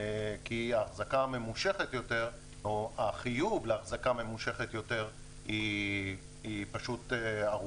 כי ההחזקה הממושכת יותר או החיוב להחזקה ממושכת יותר הוא ארוך מדי.